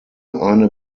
eine